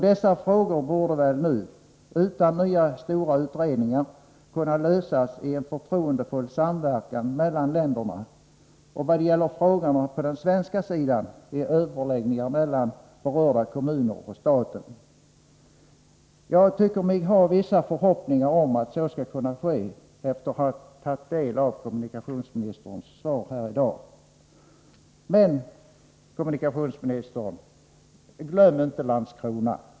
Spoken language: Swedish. Dessa frågor borde väl nu —- utan nya stora utredningar — kunna lösas i en förtroendefull samverkan mellan länderna och, såvitt gäller frågorna på den svenska sidan, bör detta ske genom överläggningar mellan berörda kommuner och staten. Jag tycker mig ha vissa förhoppningar om att så skall kunna ske efter att ha tagit del av kommunikationsministerns svar här i dag. Men glöm inte Landskrona, kommunikationsministern!